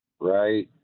right